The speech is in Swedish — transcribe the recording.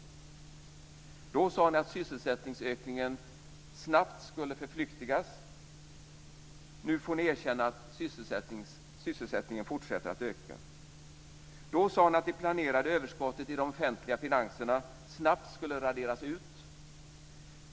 Då sade ni att sysselsättningsökningen snabbt skulle förflyktigas. Nu får ni erkänna att sysselsättningen fortsätter att öka. Då sade ni att det planerade överskottet i de offentliga finanserna snabbt skulle raderas ut.